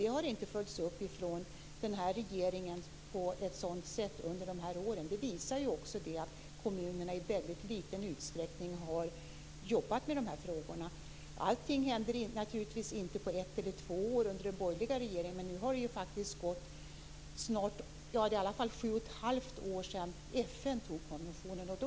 Det har inte gjorts av den här regeringen under de här åren. Det visar sig också att kommunerna i väldigt liten utsträckning har jobbat med de här frågorna. Allting hände naturligtvis inte på ett eller två år under den borgerliga regeringen. Men nu är det i alla fall 7 1⁄2 år sedan FN antog konventionen.